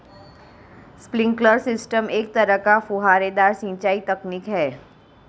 sprinkler system एक तरह का फुहारेदार सिंचाई तकनीक है